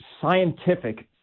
scientific